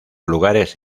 lugares